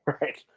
right